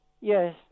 yes